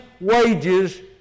wages